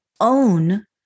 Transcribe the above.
own